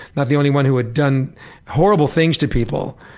not the only one who had done horrible things to people,